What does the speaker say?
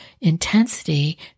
intensity